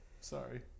Sorry